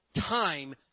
time